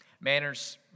Manners